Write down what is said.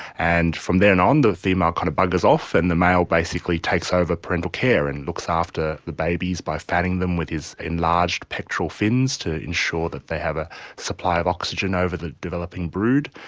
and from then on the female kind of buggers off and the male basically takes over parental care and looks after the babies by fanning them with his enlarged pectoral fins to ensure that they have a supply of oxygen over the developing brood,